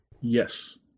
Yes